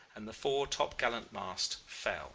and the fore top-gallant-mast fell